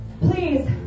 please